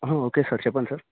okay sir చెప్పండి sir